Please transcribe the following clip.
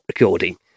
recording